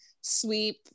sweep